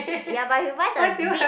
ya buy you buy the big